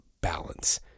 balance